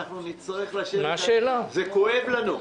זה כואב לנו.